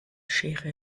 schere